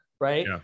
right